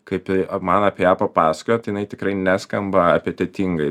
kaip man apie ją papasakojo tai jinai tikrai neskamba apetetingai